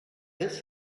this